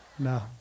No